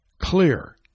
clear